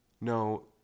No